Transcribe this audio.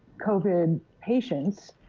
covid patients.